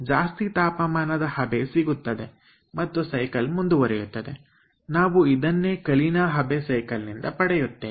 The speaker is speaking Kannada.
ಜಾಸ್ತಿ ತಾಪಮಾನದ ಹಬೆ ಸಿಗುತ್ತದೆ ಮತ್ತು ಸೈಕಲ್ ಮುಂದುವರೆಯುತ್ತದೆ ನಾವು ಇದನ್ನೇ ಕಲೀನಾ ಹಬೆ ಸೈಕಲ್ಲಿಂದ ಪಡೆಯುತ್ತೇವೆ